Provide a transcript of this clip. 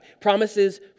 promises